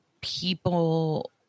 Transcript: people